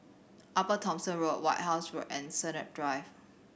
Upper Thomson Road White House Road and Sennett Drive